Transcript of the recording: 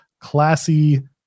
classy